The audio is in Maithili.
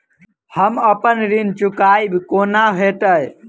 हम अप्पन ऋण चुकाइब कोना हैतय?